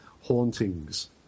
hauntings